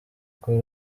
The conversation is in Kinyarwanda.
kuri